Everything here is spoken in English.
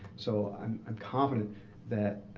so i'm i'm confident that